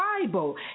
Bible